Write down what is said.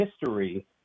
history